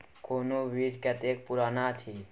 कोनो बीज कतेक पुरान अछि?